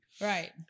Right